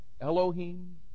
Elohim